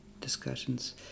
discussions